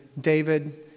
David